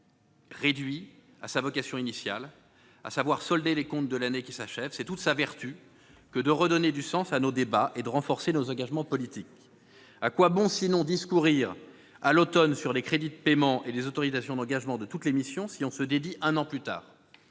réduit à sa vocation initiale- solder les comptes de l'année qui s'achève -que de redonner du sens à nos débats et de renforcer nos engagements politiques. À quoi bon, sinon, discourir à l'automne sur les crédits de paiement et les autorisations d'engagement de toutes les missions, pour se dédire un an plus tard ?